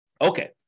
Okay